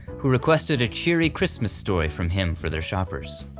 who requested a cheery christmas story from him for their shoppers.